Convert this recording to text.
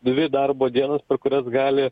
dvi darbo dienas per kurias gali